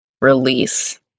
release